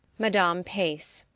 madame pace.